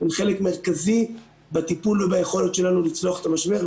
הן חלק מרכזי בטיפול וביכולת שלנו לצלוח את המשבר.